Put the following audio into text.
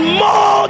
more